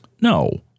no